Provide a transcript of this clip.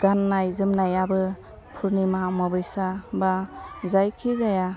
गान्नाय जोमनायाबो पुर्निमा अमाबैसा बा जायखिजाया